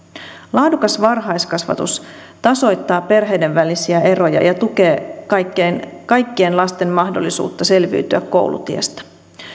laadukas varhaiskasvatus tasoittaa perheiden välisiä eroja ja tukee kaikkien kaikkien lasten mahdollisuutta selviytyä koulutiestä